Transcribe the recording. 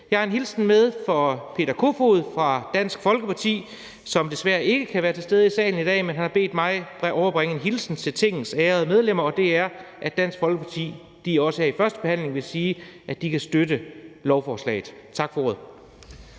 Jeg har en hilsen med fra hr. Peter Kofod fra Dansk Folkeparti, som desværre ikke kan være til stede i salen i dag. Han har bedt mig om at overbringe en hilsen til Tingets ærede medlemmer, og den er, at Dansk Folkeparti her ved førstebehandlingen kan støtte lovforslaget. Tak for ordet.